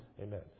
Amen